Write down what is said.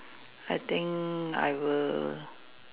I think I will